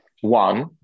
One